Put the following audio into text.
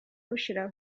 bushira